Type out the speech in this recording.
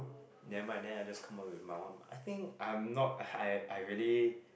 never mind then I just come up with my one I think I'm not I I really